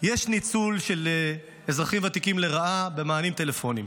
יש ניצול לרעה של אזרחים ותיקים במענים טלפונים.